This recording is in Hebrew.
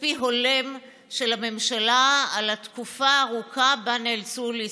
כספי הולם של הממשלה על התקופה הארוכה שבה נאלצו להיות סגורים.